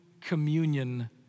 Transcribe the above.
communion